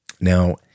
Now